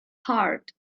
hard